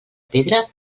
pedra